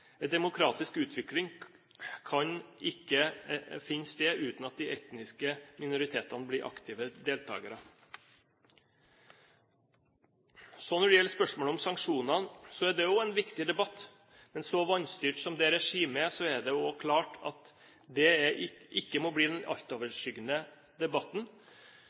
En demokratisk utvikling kan ikke finne sted uten at de etniske minoritetene blir aktive deltakere. Når det gjelder spørsmålet om sanksjonene, er det også en viktig debatt. Så vanstyrt som dette regimet er, er det klart at dette ikke må bli den altoverskyggende debatten,